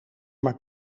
maar